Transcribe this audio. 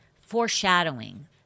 foreshadowing